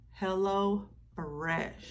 HelloFresh